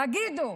תגידו,